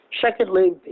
Secondly